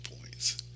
points